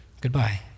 goodbye